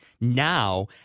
now